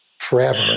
forever